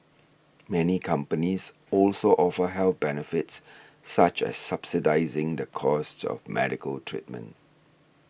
many companies also offer health benefits such as subsidising the cost of medical treatment